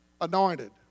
anointed